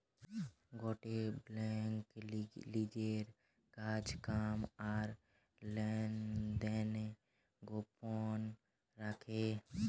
গটে বেঙ্ক লিজের কাজ কাম আর লেনদেন গোপন রাখে